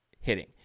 hitting